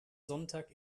sonntag